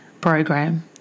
program